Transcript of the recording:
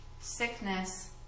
sickness